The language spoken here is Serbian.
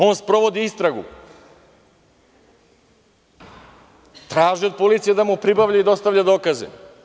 On sprovodi istragu, traži od policije da mu pribavlja i dostavlja dokaze.